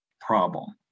problem